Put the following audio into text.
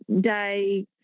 day